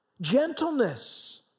gentleness